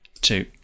two